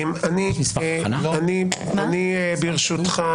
אני ברשותך